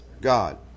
God